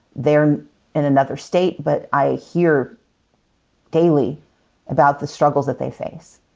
they're in another state, but i hear daily about the struggles that they face.